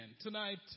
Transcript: Tonight